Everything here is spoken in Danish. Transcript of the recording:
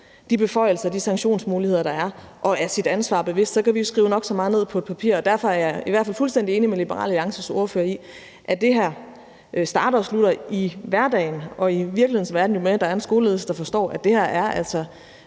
de beføjelser og sanktionsmuligheder, der er, og er sit ansvar bevidst, kan vi skrive nok så meget ned på et papir. Derfor er jeg i hvert fald fuldstændig enig med Liberal Alliances ordfører i, at det her starter og slutter i hverdagen og i virkelighedens verden med, at der er en skoleledelse, der forstår, at det her altså